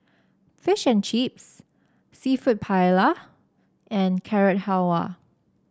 Fish and Chips seafood Paella and Carrot Halwa